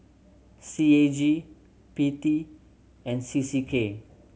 C A G P T and C C K